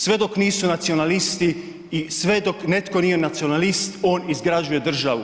Sve dok nisu nacionalisti, i sve dok netko nije nacionalist, on izgrađuje državu.